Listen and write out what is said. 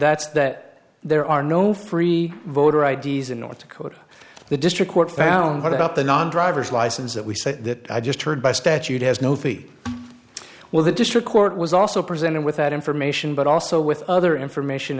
that's that there are no free voter i d s in north dakota the district court found out about the non driver's license that we said that i just heard by statute has no fee well the district court was also presented with that information but also with other information